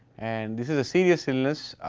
and this is a serious illness,